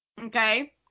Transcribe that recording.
Okay